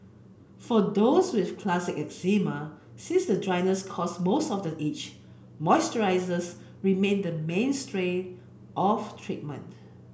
for those with classic eczema since the dryness cause most of the itch moisturisers remain the mainstay of treatment